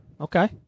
Okay